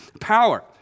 power